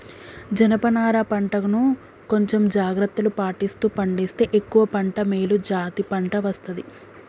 జనప నారా పంట ను కొంచెం జాగ్రత్తలు పాటిస్తూ పండిస్తే ఎక్కువ పంట మేలు జాతి పంట వస్తది